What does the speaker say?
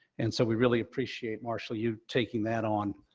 and so we really appreciate, marshall, you taking that on,